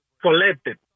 collected